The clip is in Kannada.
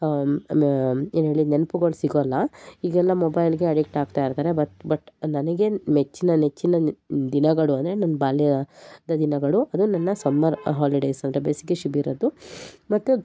ಏನೇಳಿ ನೆನ್ಪುಗಳು ಸಿಗೊಲ್ಲ ಈಗೆಲ್ಲ ಮೊಬೈಲಿಗೆ ಅಡಿಕ್ಟ್ ಆಗ್ತಾಯಿರ್ತಾರೆ ಬತ್ ಬಟ್ ನನಗೇನು ಮೆಚ್ಚಿನ ನೆಚ್ಚಿನ ದಿನಗಳು ಅಂದರೆ ನನ್ನ ಬಾಲ್ಯ ದ ದಿನಗಳು ಅದು ನನ್ನ ಸಮ್ಮರ್ ಹಾಲಿಡೇಸ್ ಅಂದರೆ ಬೇಸಿಗೆ ಶಿಬಿರದ್ದು ಮತ್ತೆ